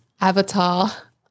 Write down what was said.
avatar